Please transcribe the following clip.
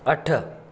अठ